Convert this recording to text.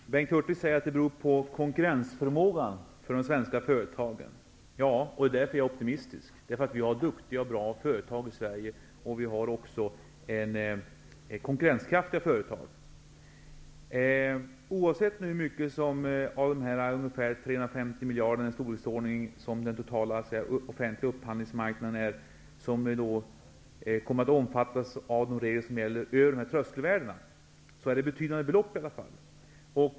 Herr talman! Bengt Hurtig säger att det beror på de svenska företagens konkurrensförmåga. Ja, det gör det, och därför är jag optimistisk. Vi har duktiga och bra företag i Sverige. Vi har också konkurrenskraftiga företag. Oavsett hur mycket av den totala offentliga upphandlingen som kommer att omfattas av de regler som gäller för upphandling ovanför tröskelvärdena är det betydande belopp.